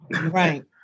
Right